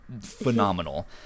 phenomenal